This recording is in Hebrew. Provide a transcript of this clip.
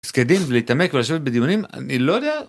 פסקי דין ולהתעמק ולשבת בדיונים, אני לא יודע.